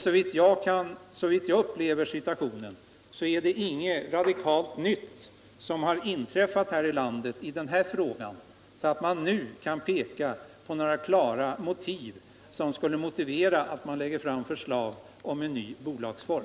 Såvitt jag förstår har ingenting radikalt nytt inträffat här i landet, så att man nu kan peka på några klara motiv för att man lägger fram förslag om en ny bolagsform.